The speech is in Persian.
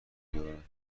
بیاورند